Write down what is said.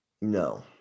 No